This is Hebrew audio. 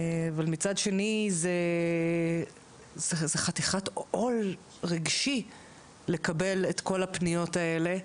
אבל מצד שני זו חתיכת עול רגשי לקבל את כל הפניות האלה.